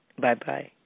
Bye-bye